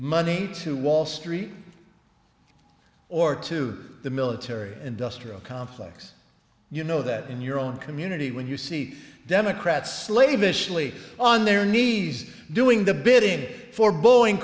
money to wall street or to the military industrial complex you know that in your own community when you see democrats slavish only on their knees doing the bidding for boeing